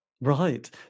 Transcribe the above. Right